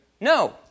No